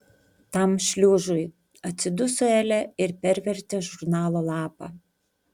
tam šliužui atsiduso elė ir pervertė žurnalo lapą